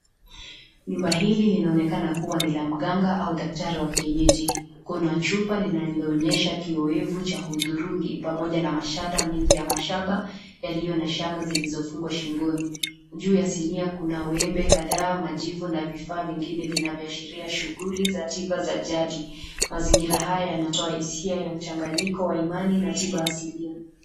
Nyumba hili linaonekana kuwa ni la mganga au daktari wa kienyeji. Kuna chupa linaloonyesha kiuwevu cha hudhurungi pamoja na mashada mingi ya mashaba yaliyo na shanga zilizofungwa shingoni. Juu ya sinia kuna wembe kadhaa, majivu na vifaa vingine vinavyoashiria shughuli za tiba za jadi. Mazingira haya yanatoa hisia ya mchanganyiko wa imani na tiba asilia.